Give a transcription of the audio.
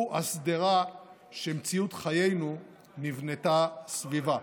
הוא השדרה שמציאות חיינו נבנתה סביבה.